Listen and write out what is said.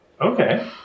Okay